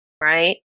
right